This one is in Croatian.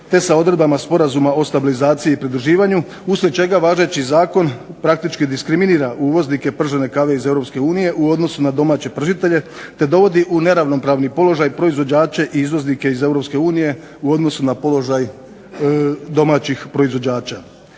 te sa odredbama Sporazuma o stabilizaciji i pridruživanju uslijed čega važeći zakon praktički diskriminira uvoznike pržene kave iz EU u odnosu na domaće pržitelje te dovodi u neravnopravni položaj proizvođače i izvoznike iz EU u odnosu na položaj domaćih proizvođača.